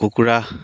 কুকুৰা